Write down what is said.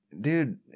dude